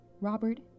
Robert